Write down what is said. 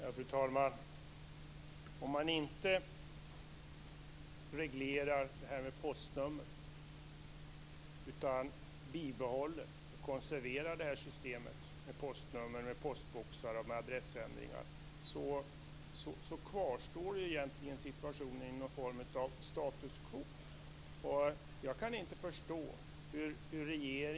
Fru talman! Om man inte reglerar detta med postnummer utan bibehåller och konserverar systemet med postnummer, postboxar och adressändringar får vi en situation av formen status quo. Jag kan inte förstå detta.